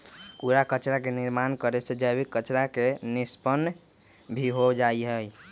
कूड़ा कचरा के निर्माण करे से जैविक कचरा के निष्पन्न भी हो जाहई